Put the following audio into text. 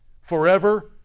Forever